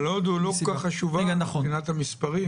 אבל הודו לא כל כך חשובה מבחינת המספרים.